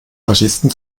faschisten